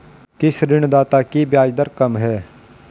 किस ऋणदाता की ब्याज दर कम है?